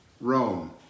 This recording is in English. Rome